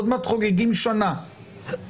עוד מעט חוגגים שנה,